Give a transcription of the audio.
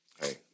Hey